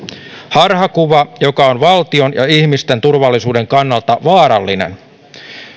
harhakuva joka on valtion ja ihmisten turvallisuuden kannalta vaarallinen